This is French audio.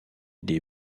des